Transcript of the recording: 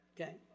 Okay